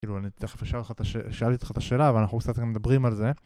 כאילו, אני תכף אשאל אותך את השאלה, שאלתי אותך את השאלה, אבל אנחנו קצת גם מדברים על זה.